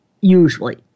Usually